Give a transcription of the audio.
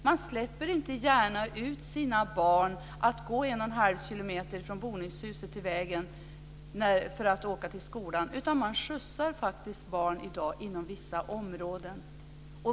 Man släpper inte gärna ut sina barn för att gå 1 1⁄2 kilometer från boningshuset till vägen för att åka till skolan. Man skjutsar faktiskt barn i dag inom vissa områden.